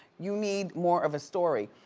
you need more of a story.